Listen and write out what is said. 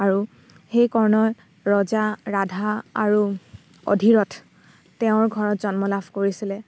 আৰু সেই কৰ্ণই ৰজা ৰাধা আৰু অধিৰথ তেওঁৰ ঘৰত জন্ম লাভ কৰিছিলে